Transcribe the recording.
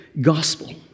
gospel